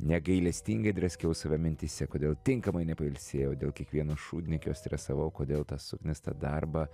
negailestingai draskiau save mintyse kodėl tinkamai nepailsėjau dėl kiekvieno šūdniekio stresavau kodėl tą suknistą darbą